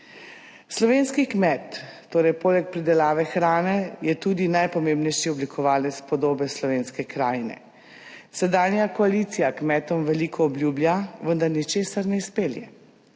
Slovenski kmet torej poleg pridelave hrane je tudi najpomembnejši oblikovalec podobe slovenske krajine. Sedanja koalicija kmetom veliko obljublja, vendar ničesar ne izpelje.